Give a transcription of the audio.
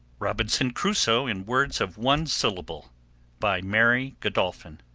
robinson crusoe in words of one syllable by mary godolphin